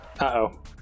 Uh-oh